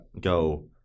go